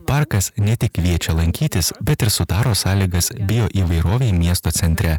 parkas ne tik kviečia lankytis bet ir sudaro sąlygas bei įvairovę miesto centre